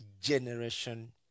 generation